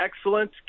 Excellent